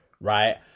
right